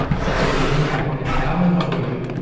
such as the impact on empowerment of women,